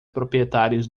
proprietários